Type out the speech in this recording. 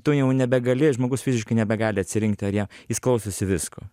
tu jau nebegali žmogus fiziškai nebegali atsirinkti ar ją jis klausosi visko